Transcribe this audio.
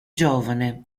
giovane